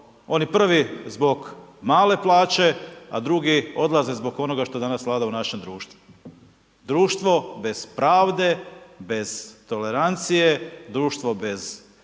oni prvi zbog male plaće, a drugi odlaze zbog onoga što danas vlada u našem društvu. Društvo bez pravde, bez tolerancije, društvo bez